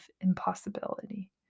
impossibility